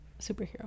superhero